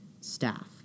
staff